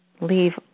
leave